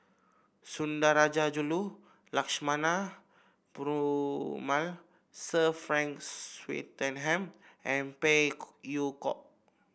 Sundarajulu Lakshmana Perumal Sir Frank Swettenham and Phey Yew Kok